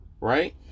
right